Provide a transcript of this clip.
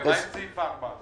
מה עם סעיף 4?